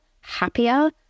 happier